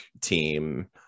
team